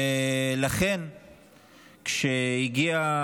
לכן כשהגיעה